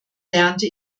lernte